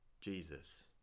Jesus